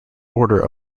order